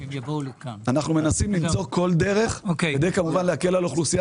אנחנו מנסים למצוא כל דרך כדי להקל על האוכלוסייה